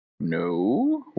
No